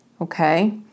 Okay